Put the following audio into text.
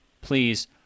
Please